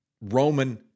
Roman